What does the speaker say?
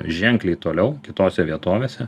ženkliai toliau kitose vietovėse